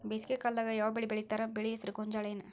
ಬೇಸಿಗೆ ಕಾಲದಾಗ ಯಾವ್ ಬೆಳಿ ಬೆಳಿತಾರ, ಬೆಳಿ ಹೆಸರು ಗೋಂಜಾಳ ಏನ್?